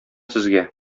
сезгә